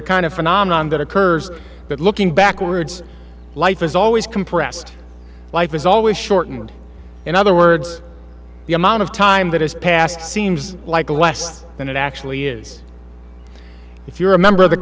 a kind of phenomenon that occurs but looking backwards life is always compressed life is always shortened in other words the amount of time that has passed seems like less than it actually is if you're a member of the